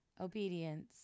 obedience